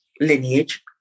lineage